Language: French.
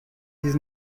dix